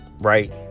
Right